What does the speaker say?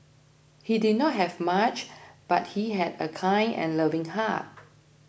he did not have much but he had a kind and loving heart